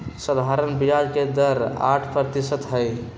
सधारण ब्याज के दर आठ परतिशत हई